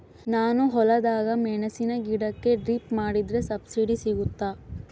ನಾನು ಹೊಲದಾಗ ಮೆಣಸಿನ ಗಿಡಕ್ಕೆ ಡ್ರಿಪ್ ಮಾಡಿದ್ರೆ ಸಬ್ಸಿಡಿ ಸಿಗುತ್ತಾ?